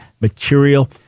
material